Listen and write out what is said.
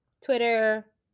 Twitter